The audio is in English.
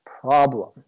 problem